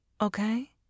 okay